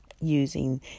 using